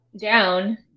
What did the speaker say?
down